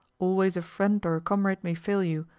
always a friend or a comrade may fail you,